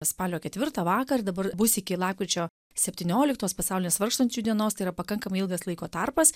spalio ketvirtą vakar dabar bus iki lapkričio septynioliktos pasaulinės vargstančių dienos tai yra pakankamai ilgas laiko tarpas